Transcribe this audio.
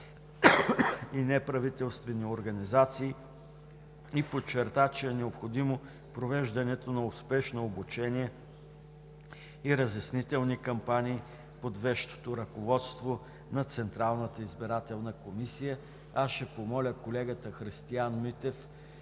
и неправителствени организации и подчерта, че е необходимо провеждането на успешно обучение и разяснителни кампании под вещото ръководство на Централната избирателна комисия.“ ПРЕДСЕДАТЕЛ ЦВЕТА